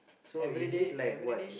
everyday everyday